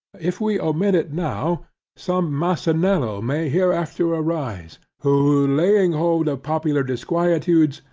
if we omit it now some, massanello may hereafter arise, who laying hold of popular disquietudes,